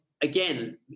again